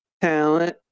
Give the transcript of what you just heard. talent